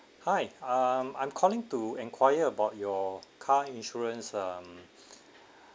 hi um I'm calling to enquire about your car insurance um